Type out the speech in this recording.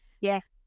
Yes